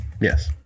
Yes